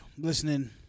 Listening